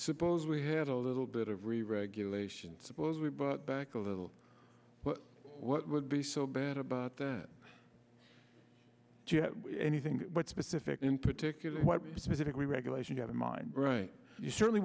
suppose we had a little bit of reregulation suppose we brought back a little what would be so bad about the do you have anything specific in particular what specifically regulation you have in mind right you certainly